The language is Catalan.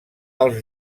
als